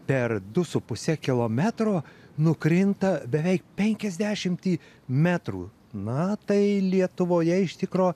per du su puse kilometro nukrinta beveik penkiasdešimtį metrų na tai lietuvoje iš tikro